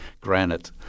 granite